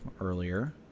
earlier